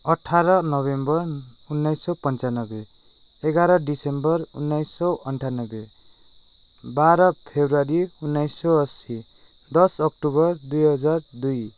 अठार नोभेम्बर उन्नाइस सौ पन्चानब्बे एघार दिसम्बर उन्नाइस सौ अन्ठानब्बे बाह्र फेब्रुअरी उन्नाइस सौ असी दस अक्टोबर दुई हजार दुई